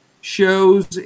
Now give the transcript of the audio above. shows